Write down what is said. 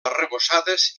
arrebossades